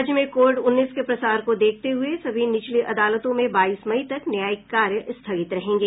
राज्य में कोविड उन्नीस के प्रसार को देखते हुए सभी निचली अदालतों में बाईस मई तक न्यायिक कार्य स्थगित रहेंगे